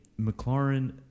McLaren